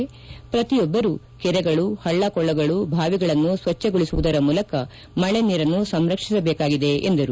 ಸಂಘಟಿತವಾಗಿ ಎಲ್ಲರೂ ಕೆರೆಗಳು ಹಳ್ಳಕೊಳ್ಳಗಳು ಬಾವಿಗಳನ್ನು ಸ್ವಚ್ಣಗೊಳಿಸುವುದರ ಮೂಲಕ ಮಳೆ ನೀರನ್ನು ಸಂರಕ್ವಿಸಬೇಕಾಗಿದೆ ಎಂದರು